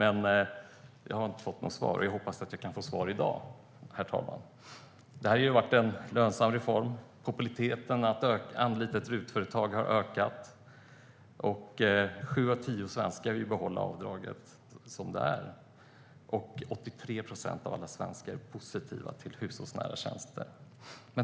Vi har dock inte fått något svar, men jag hoppas att jag kan få det i dag. Det har varit en lönsam reform. Populariteten i att anlita ett RUT-företag har ökat. Sju av tio svenskar vill behålla avdraget som det är, och 83 procent av alla svenskar är positiva till hushållsnära tjänster.